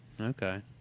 Okay